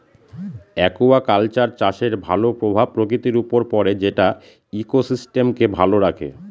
aquaculture চাষের ভালো প্রভাব প্রকৃতির উপর পড়ে যেটা ইকোসিস্টেমকে ভালো রাখে